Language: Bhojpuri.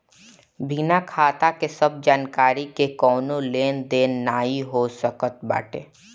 बिना खाता के सब जानकरी के कवनो लेन देन नाइ हो सकत बाटे